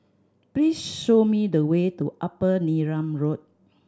please show me the way to Upper Neram Road